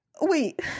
wait